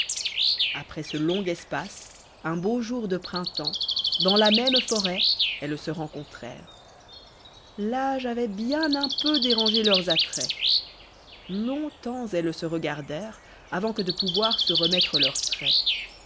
après ce long espace un beau jour de printemp dans la même forêt elles se rencontrèrent l'âge avoit bien un peu dérangé leurs attraits long-temps elles se regardèrent avant que de pouvoir se remettre leurs traits